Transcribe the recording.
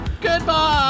Goodbye